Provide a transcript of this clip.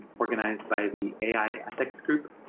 organized by the ai ethics group.